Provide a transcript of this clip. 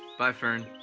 bye fern.